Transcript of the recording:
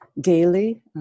daily